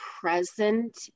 present